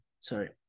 sorry